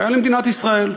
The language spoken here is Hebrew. בעיה למדינת ישראל.